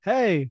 Hey